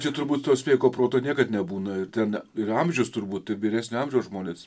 čia turbūt to sveiko proto niekad nebūna tada ir amžius turbūt vyresnio amžiaus žmonės